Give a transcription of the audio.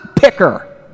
Picker